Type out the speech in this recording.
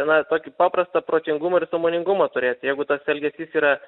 na tokį paprastą protingumą ir sąmoningumą turėt jeigu tas elgesys yra